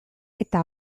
eta